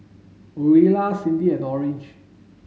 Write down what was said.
Orilla Cyndi and Orange